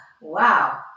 wow